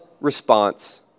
response